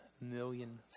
million